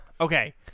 okay